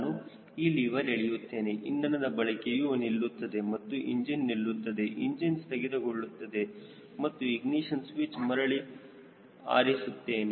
ನಾನು ಈ ಲಿವರ್ ಎಳೆಯುತ್ತೆನೆ ಇಂಧನದ ಬಳಕೆಯು ನಿಲ್ಲುತ್ತದೆ ಮತ್ತು ಇಂಜಿನ್ ನಿಲ್ಲುತ್ತದೆ ಇಂಜಿನ್ ಸ್ಥಗಿತಗೊಳ್ಳುತ್ತದೆ ನಾನು ಇಗ್ನಿಶನ್ ಸ್ವಿಚ್ ಮರಳಿ ಆರಿಸುತ್ತೇನೆ